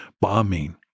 bombing